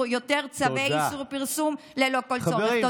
יותר צווי איסור פרסום ללא כל צורך.